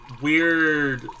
weird